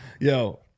yo